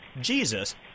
Jesus